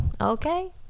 okay